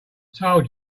told